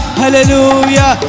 hallelujah